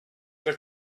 ich